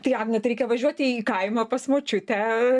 tai agne tai reikia važiuoti į kaimą pas močiutę